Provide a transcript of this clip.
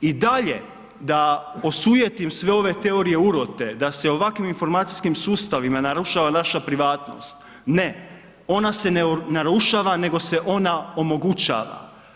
I dalje da osujetim sve ove teorije urote da se ovakvim informacijskim sustavima narušava naša privatnost, ne ona se ne narušava, nego se ona omogućava.